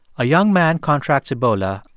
a young man contracts ebola.